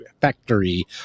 factory